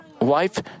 wife